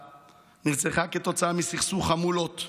היא עוד רוצה שאני אבוא לוועדה שלה,